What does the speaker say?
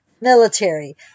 military